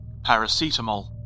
paracetamol